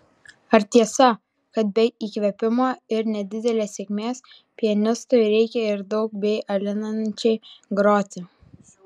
ar tiesa kad be įkvėpimo ir nedidelės sėkmės pianistui reikia ir daug bei alinančiai groti